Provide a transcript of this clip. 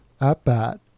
at-bat